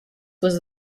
was